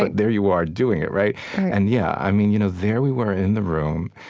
but there you are doing it. right? right and, yeah. i mean, you know there we were in the room.